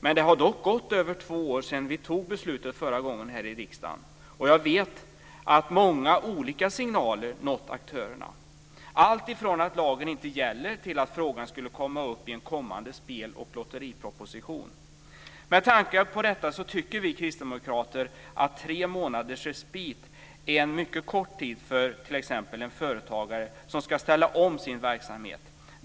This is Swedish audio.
Men det har dock gått över två år sedan vi tog beslutet förra gången här i riksdagen, och jag vet att många olika signaler har nått aktörerna, alltifrån att lagen inte gäller till att frågan skulle komma upp i en kommande spel och lotteriproposition. Med tanke på detta tycker vi kristdemokrater att tre månaders respit är en mycket kort tid för t.ex. en företagare som ska ställa om sin verksamhet.